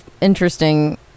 interesting